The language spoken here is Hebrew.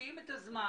משקיעים את הזמן,